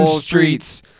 streets